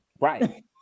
Right